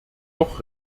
doch